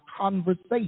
conversation